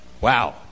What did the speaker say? Wow